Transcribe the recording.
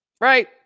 Right